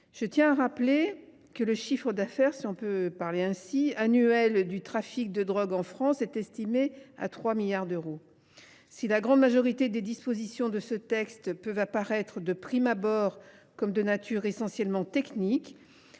Je rappelle que le chiffre d’affaires annuel du trafic de drogues en France est estimé à 3 milliards d’euros. Si la grande majorité des dispositions de ce texte peuvent apparaître, de prime abord, comme de nature essentiellement technique,